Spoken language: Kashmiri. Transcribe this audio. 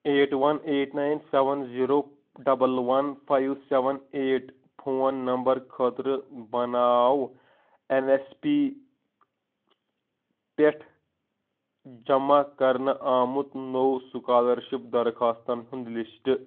eight one eight nine seven zero double one five seven eight phone number خٲطرٕ بناو اٮ۪ن اٮ۪س پی پٮ۪ٹھ جمع کرنہٕ آمُت نوٚو سُکالَرشِپ درخواستَن ہُنٛد لِسٹ